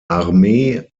armee